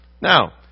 Now